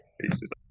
pieces